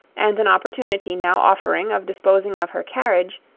and an opportunity now offering of disposing of her carriage,